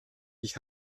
ich